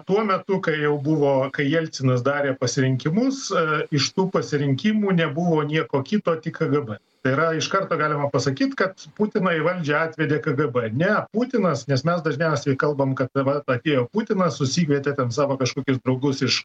tuo metu kai jau buvo kai jelcinas darė pasirinkimus iš tų pasirinkimų nebuvo nieko kito tik kgb tai yra iš karto galima pasakyt kad putiną į valdžią atvedė kgb ne putinas nes mes dažniausiai kalbam kad vat atėjo putinas susikvietė ten savo kažkokius draugus iš